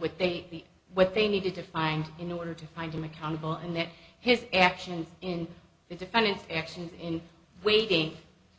what they the what they needed to find in order to find him accountable and that his actions in the defendant's actions in waiting